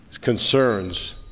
concerns